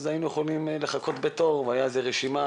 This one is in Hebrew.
אז היינו יכולים לחכות בתור והייתה רשימה